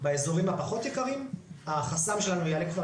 באזורים הפחות יקרים החסם שלנו יעלה כבר